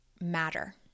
matter